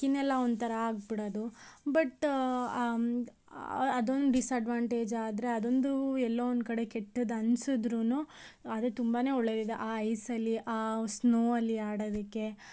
skin ಎಲ್ಲ ಒಂಥರ ಆಗ್ಬಿಡೋದು ಬಟ್ ಅದೊಂದು ಡಿಸಡ್ವಾಂಟೇಜ್ ಆದರೆ ಅದೊಂದು ಎಲ್ಲೋ ಒಂದು ಕಡೆ ಕೆಟ್ಟದ್ದು ಅನ್ಸಿದ್ರೂನು ಅದು ತುಂಬಾ ಒಳ್ಳೆಯದಿದೆ ಆ ಐಸಲ್ಲಿ ಆ ಸ್ನೋ ಅಲ್ಲಿ ಆಡೋದಕ್ಕೆ